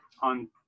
on